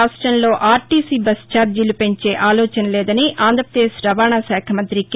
రాష్టంలో RTC bus ఛార్జీలు పెంచే ఆలోచన లేదని ఆంధ్రప్రదేశ్ రవాణాశాఖ మంతి కె